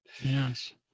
Yes